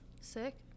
Sick